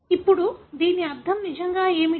ఇప్పుడు దీని అర్థం నిజంగా ఏమిటి